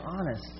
honest